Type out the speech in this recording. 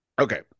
Okay